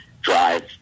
drive